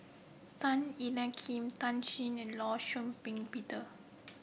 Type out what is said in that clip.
Tan Ean Kiam Tan Shen and Law Shau Ping Peter